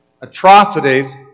atrocities